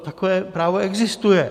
Takové právo existuje.